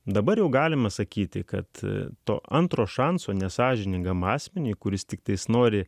dabar jau galima sakyti kad to antro šanso nesąžiningam asmeniui kuris tiktai nori